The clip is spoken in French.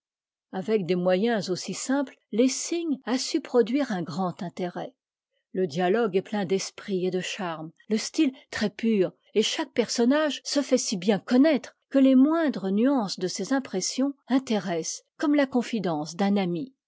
avec des moyens aussi simples lessing a su produire un grand intérêt le dialogue est plein d'esprit et de charme le style très pur et chaque personnage se fait si bien connaître que les moindres nuances de ses impressions intéressent comme la confidence d'un ami